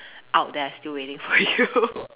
out there still waiting for you